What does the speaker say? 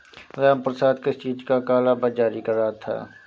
रामप्रसाद किस चीज का काला बाज़ारी कर रहा था